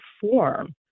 form